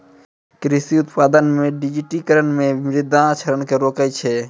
कृषि उत्पादन मे डिजिटिकरण मे मृदा क्षरण के रोकै छै